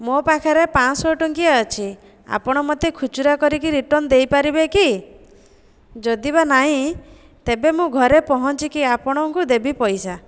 ମୋ ପାଖରେ ପାଞ୍ଚଶହ ଟଙ୍କିଆ ଅଛି ଆପଣ ମୋତେ ଖୁଚୁରା କରିକି ରିଟର୍ଣ୍ଣ ଦେଇପାରିବେ କି ଯଦି ବା ନାହିଁ ତେବେ ମୁଁ ଘରେ ପହଞ୍ଚିକି ଆପଣଙ୍କୁ ଦେବି ପଇସା